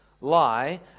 lie